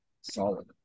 solid